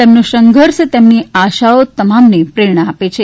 તેમનો સંઘર્ષ તેમની આશાઓ તમામને પ્રેરણા આપે છે